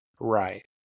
Right